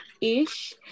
ish